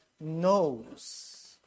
knows